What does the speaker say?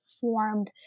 formed